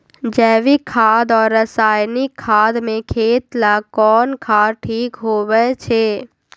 जैविक खाद और रासायनिक खाद में खेत ला कौन खाद ठीक होवैछे?